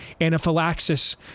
anaphylaxis